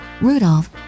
Rudolph